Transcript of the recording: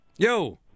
Yo